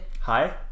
Hi